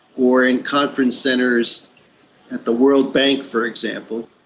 or in conference centres at the world bank for example.